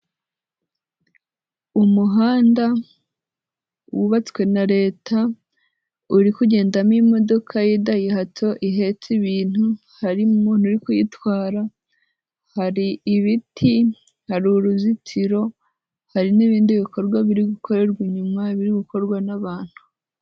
Umuhanda wubatswe na leta, uri kugendamo imodoka y'idayihatsu ihetse ibintu, hari umuntu uri kuyitwara, hari ibiti, hari uruzitiro, hari n'ibindi bikorwa biri gukorerwa inyuma, biri gukorwa n'abantu.